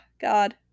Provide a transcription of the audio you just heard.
God